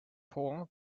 pour